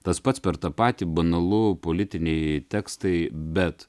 tas pats per tą patį banalu politiniai tekstai bet